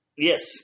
Yes